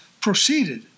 proceeded